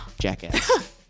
jackass